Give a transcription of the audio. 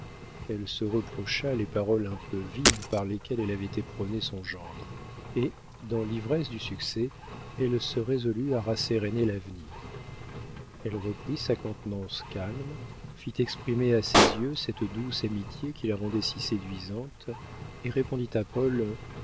elle se reprocha les paroles un peu vives par lesquelles elle avait éperonné son gendre et dans l'ivresse du succès elle se résolut à rasséréner l'avenir elle reprit sa contenance calme fit exprimer à ses yeux cette douce amitié qui la rendait si séduisante et répondit à paul